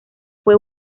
fue